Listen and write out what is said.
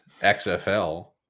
xfl